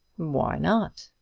why not?